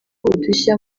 udushya